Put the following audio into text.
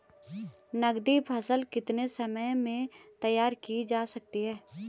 नगदी फसल कितने समय में तैयार की जा सकती है?